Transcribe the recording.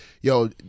yo